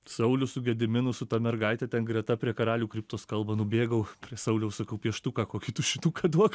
saulius su gediminu su ta mergaite ten greta prie karalių kriptos kalba nubėgau prie sauliaus sakau pieštuką kokį tušinuką duok